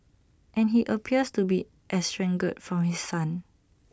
and he appears to be estranged from his son